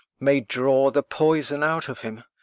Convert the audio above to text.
may draw the poison out of him,